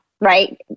right